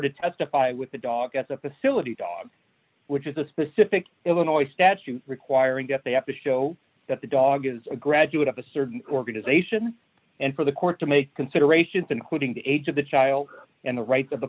to testify with the dog at the facility dogs which is a specific illinois statute requiring that they have to show that the dog is a graduate of a certain organization and for the court to make considerations including the age of the child and the rights of the